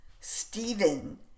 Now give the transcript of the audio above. Stephen